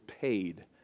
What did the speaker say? paid